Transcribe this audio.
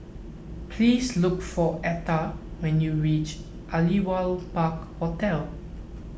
please look for Atha when you reach Aliwal Park Hotel